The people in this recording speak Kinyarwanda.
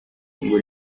ngo